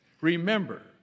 Remember